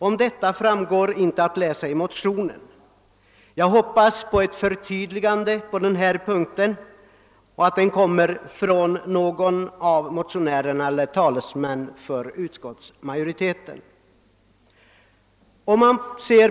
Om detta finns ingenting att läsa i motionen. Jag hoppas på ett förtydligande därvidlag av någon av motionärerna eller en talesman för utskottsmajoriteten.